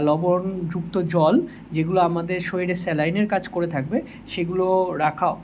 লবণযুক্ত জল যেগুলো আমাদের শরীরে স্যলাইনের কাজ করে থাকবে সেগুলো রাখা